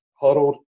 huddled